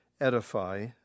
edify